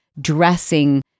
dressing